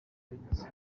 by’ubuhinzi